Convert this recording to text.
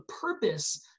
purpose